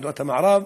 במדינות המערב,